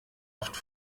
oft